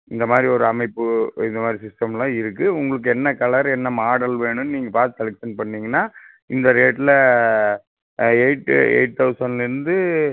இந்த மாதிரி ஒரு அமைப்பு இந்த மாதிரி சிஸ்டம்லாம் இருக்கு உங்களுக்கு என்ன கலர் என்ன மாடல் வேணுன்னு நீங்கள் பார்த்து செலக்ஷன் பண்ணிங்கனா இந்த ரோட்டில் எய்ட்டு எய்ட் தவுசண்லேருந்து